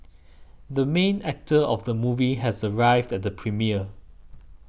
the main actor of the movie has arrived at the premiere